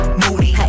moody